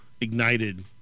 ignited